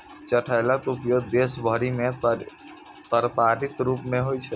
चठैलक उपयोग देश भरि मे तरकारीक रूप मे होइ छै